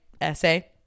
essay